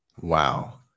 wow